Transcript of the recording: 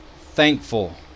thankful